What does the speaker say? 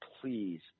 please